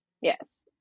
Yes